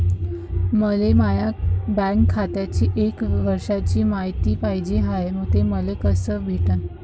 मले माया बँक खात्याची एक वर्षाची मायती पाहिजे हाय, ते मले कसी भेटनं?